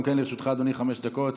גם לרשותך, אדוני, חמש דקות.